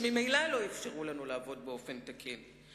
שממילא לא אפשרו לנו לעבוד באופן תקין.